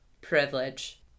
privilege